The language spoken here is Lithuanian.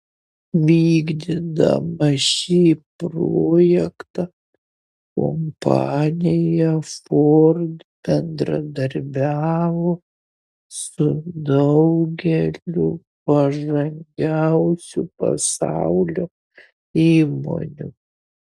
vykdydama šį projektą kompanija ford bendradarbiavo su daugeliu pažangiausių pasaulio įmonių